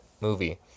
movie